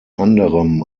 anderem